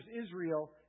Israel